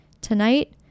Tonight